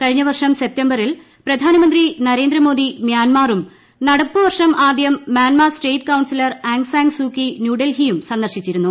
കഴിഞ്ഞ വർഷം സെപ്റ്റംബറിൽ പ്രധാനമന്ത്രി നരേന്ദ്രമോദി മ്യാൻമാറും നടപ്പുവർഷം ആദ്യം Myanmar state counsellor Aung San Suu Kyi ന്യൂഡൽഹിയും സന്ദർശിച്ചിരുന്നു